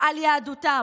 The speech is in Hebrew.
על יהדותם.